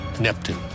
Neptune